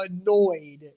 annoyed